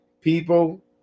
people